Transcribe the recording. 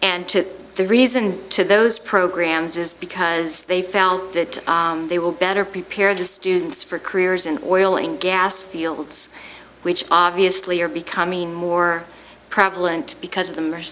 and to the reason to those programs is because they felt that they will better prepare to students for careers in oil and gas fields which obviously are becoming more prevalent because of the mar